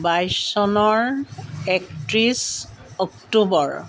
বাইছ চনৰ একত্ৰিছ অক্টোবৰ